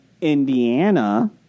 Indiana